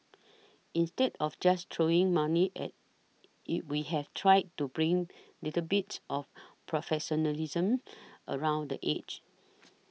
instead of just throwing money at it we have tried to bring little bits of professionalism around the edges